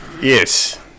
yes